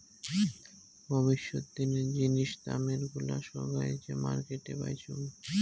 ভবিষ্যত দিনের জিনিস দামের গুলা সোগায় যে মার্কেটে পাইচুঙ